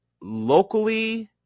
locally